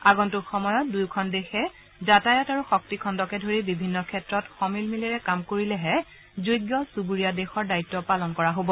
আগন্তুক সময়ত দুয়োখন দেশে যাতায়ত আৰু শক্তি খণুকে ধৰি বিভিন্ন ক্ষেত্ৰত সমিলমিলেৰে কাম কৰিলেহে যোগ্য চুবুৰীয়া দেশৰ দায়িত্ব পালন কৰা হব